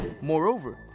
Moreover